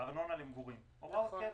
ארנונה למגורים בהוראות קבע.